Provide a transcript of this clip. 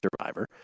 survivor